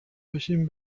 پاشیم